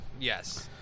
Yes